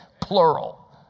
plural